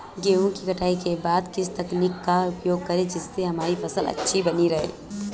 गेहूँ की कटाई के बाद किस तकनीक का उपयोग करें जिससे हमारी फसल अच्छी बनी रहे?